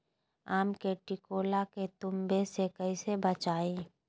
आम के टिकोला के तुवे से कैसे बचाई?